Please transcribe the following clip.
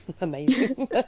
Amazing